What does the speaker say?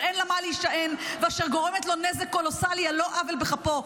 אין לה מה להישען ואשר גורמת לו נזק קולוסלי על לא עוול בכפו.